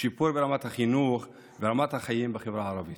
שיפור רמת החינוך ורמת החיים בחברה הערבית.